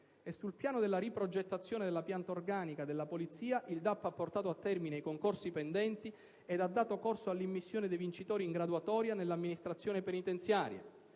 sul piano della riprogettazione della pianta organica della polizia il DAP ha portato a termine i concorsi pendenti e ha dato corso all'immissione dei vincitori in graduatoria nell'amministrazione penitenziaria.